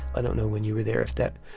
i don't know when you were there if that.